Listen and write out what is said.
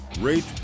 rate